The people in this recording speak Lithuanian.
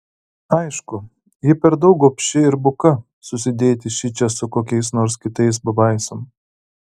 aišku ji per daug gobši ir buka susidėti šičia su kokiais nors kitais pabaisom